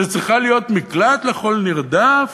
שצריכה להיות מקלט לכל נרדף,